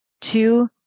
Two